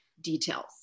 details